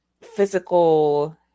physical